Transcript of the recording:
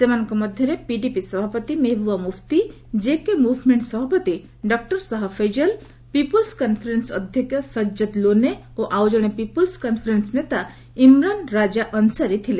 ସେମାନଙ୍କ ମଧ୍ୟରେ ପିଡିପି ସଭାପତି ମେହେବୁବା ମୁଫ୍ତି କେକେ ମୁଭ୍ମେଣ୍ଟସ୍ ସଭାପତି doctor Shah Faesal people's conference ଅଧ୍ୟକ୍ଷ ସଜଦ୍ ଲୋନେ ଓ ଆଉ କଣେ ପିପୁଲ୍ୱ କନ୍ଫରେନ୍ସ ନେତା ଇମରାନ ରାଜା ଅନସାରି ଥିଲେ